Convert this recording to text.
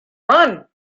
run